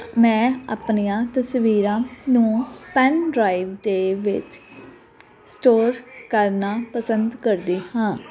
ਮੈਂ ਆਪਣੀਆਂ ਤਸਵੀਰਾਂ ਨੂੰ ਪੈਨ ਡਰਾਈਵ ਦੇ ਵਿੱਚ ਸਟੋਰ ਕਰਨਾ ਪਸੰਦ ਕਰਦੀ ਹਾਂ